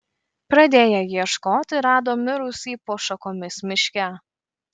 pradėję ieškoti rado mirusį po šakomis miške